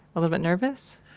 a little bit nervous?